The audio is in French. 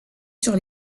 sur